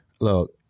look